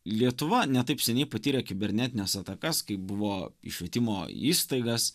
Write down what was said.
lietuva ne taip seniai patyrė kibernetines atakas kai buvo į švietimo įstaigas